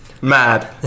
Mad